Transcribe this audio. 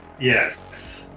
Yes